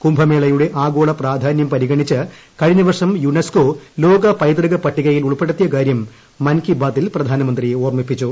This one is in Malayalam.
കുംഭമേളയുടെ ആഗോള പ്രാധാന്യം പരിഗണിച്ച് കഴിഞ്ഞ വർഷം യുനെസ്കോ ലോകപൈതൃക പട്ടികയിൽ ഉൾപ്പെടുത്തിയ കാര്യം മൻ കി ബാത്തിൽ പ്രധാനമന്ത്രി ഓർമിപ്പിച്ചു